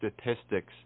statistics